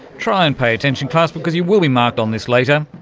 try and pay attention class, because you will be marked on this later.